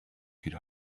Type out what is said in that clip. could